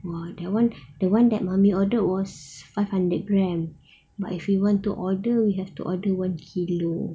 !wah! that one the one that mummy ordered was five hundred grams but if we want to order we have to order one kilo